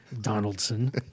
Donaldson